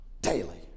Daily